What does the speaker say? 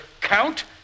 count